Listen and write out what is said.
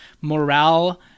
morale